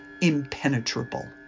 impenetrable